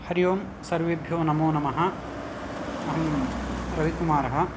हरि ओम् सर्वेभ्यो नमो नमः अहं रविकुमारः